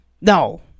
No